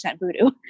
voodoo